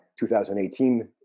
2018